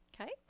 okay